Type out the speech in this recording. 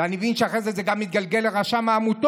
ואני מבין שאחרי כן זה גם התגלגל לרשם העמותות,